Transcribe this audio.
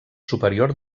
superior